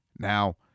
Now